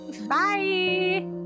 Bye